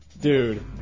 dude